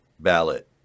ballot